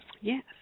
Yes